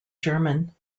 german